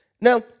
Now